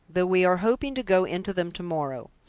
though we are hoping to go into them to-morrow.